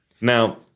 Now